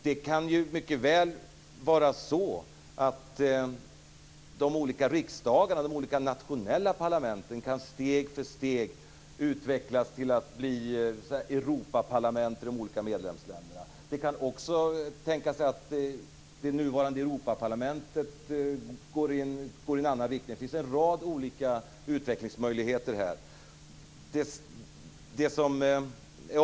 Det kan ju mycket väl vara så att de olika riksdagarna, de olika nationella parlamenten, steg för steg kan utvecklas till att bli Europaparlament i de olika medlemsländerna. Det kan också tänkas att det nuvarande Europaparlamentet går i en annan riktning. Det finns en rad olika utvecklingsmöjligheter här.